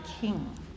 king